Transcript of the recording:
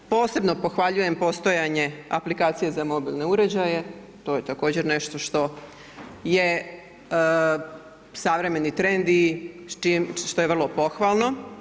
Posebno pohvaljujem postojanje aplikacije za mobilne uređaje, to je također nešto što je suvremeni trend i što je vrlo pohvalno.